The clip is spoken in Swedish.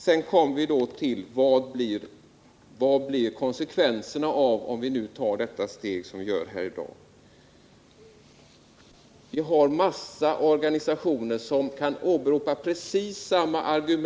Men vad blir konsekvensen om vi tar det steg som